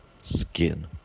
Skin